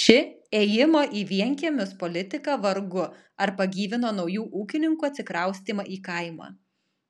ši ėjimo į vienkiemius politika vargu ar pagyvino naujų ūkininkų atsikraustymą į kaimą